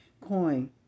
coin